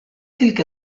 تلك